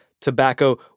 tobacco